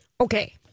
Okay